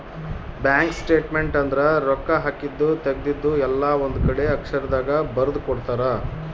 bank statement ಅಂದ್ರ ರೊಕ್ಕ ಹಾಕಿದ್ದು ತೆಗ್ದಿದ್ದು ಎಲ್ಲ ಒಂದ್ ಕಡೆ ಅಕ್ಷರ ದಾಗ ಬರ್ದು ಕೊಡ್ತಾರ